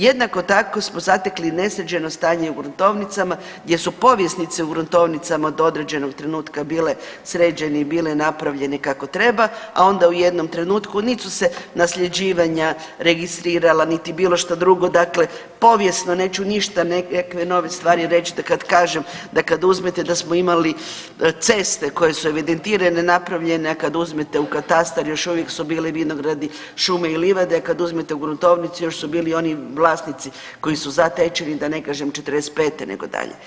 Jednako tako smo zatekli nesređeno stanje u gruntovnicama gdje povjesnice u gruntovnicama do određenog trenutka bile sređene i bile napravljene kako treba, a onda u jednom trenutku niti su se nasljeđivanja registrirala niti bilo šta drugo, dakle povijesno neću ništa neke nove stvari reći kad kažem da kad uzmete da smo imali ceste koje su evidentirane napravljene, a kad uzmete u katastar još uvijek su bili vinogradi, šume i livade, a kad uzmete u gruntovnici još su bili oni vlasnici koji su zatečeni da ne kažem '45. nego dalje.